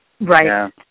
Right